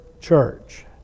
church